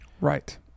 Right